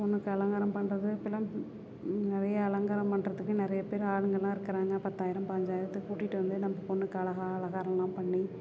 பொண்ணுக்கு அலங்காரம் பண்ணுறது இப்பெல்லாம் நிறைய அலங்காரம் பண்ணுறதுக்கு நிறைய பேர் ஆளுங்களெலாம் இருக்கிறாங்க பத்தாயிரம் பாஞ்சாயிரத்துக்கு கூட்டிகிட்டு வந்து நம்ம பொண்ணுக்கு அழகா அலங்காரமெலாம் பண்ணி